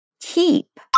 keep